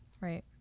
right